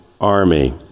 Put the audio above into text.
army